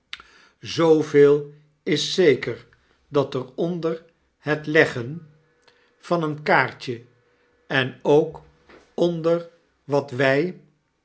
veel is zeker dat er onder het leggen van het kasteel cbowley en kaartje en ook onder wat wij